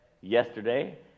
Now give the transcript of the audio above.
yesterday